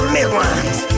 Midlands